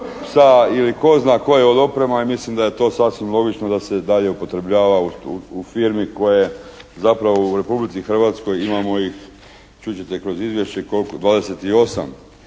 psa ili tko zna koje od oprema i mislim da je to sasvim logično da se dalje upotrebljava u firmi koja je zapravo u Republici Hrvatskoj, imamo ih čut ćete kroz izvješće,